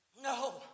no